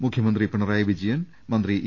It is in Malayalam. മുഖ്യമന്ത്രി പിണറായി വിജയൻ മന്ത്രി ഇ